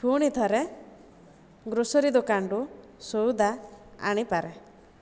ପୁଣି ଥରେ ଗ୍ରୋସରି ଦୋକାନରୁ ସଉଦା ଆଣିପାରେ